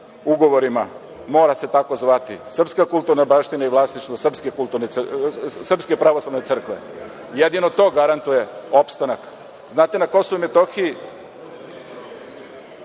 ugovorima mora se tako zvati – srpska kulturna baština i vlasništvo Srpske pravoslavne crkve. Jedino to garantuje opstanak. Znate na Kosovu i Metohiji…Hoćete